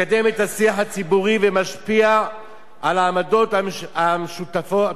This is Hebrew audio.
מקדם את השיח הציבורי ומשפיע על העמדות המשותפות,